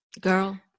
Girl